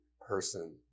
person